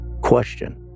Question